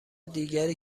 دیگری